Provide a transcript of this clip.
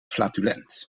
flatulent